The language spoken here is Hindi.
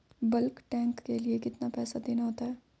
बल्क टैंक के लिए कितना पैसा देना होता है?